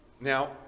Now